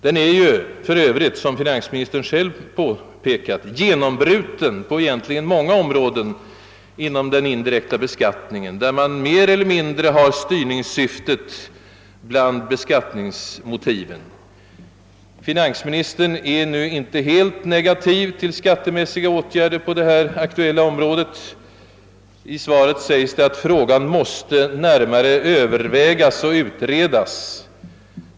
Den är för övrigt, som finansministern själv påpekade, genombruten på många områden inom den indirekta beskattningen, där man mer eller mindre åberopar styrningssyfte bland beskattningsmotiven. Finansministern är emellertid inte helt negativ till skattemässiga åtgärder på det nu aktuella området. I svaret säges att frågan måste närmare Övervägas och utredas.